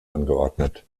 angeordnet